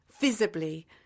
visibly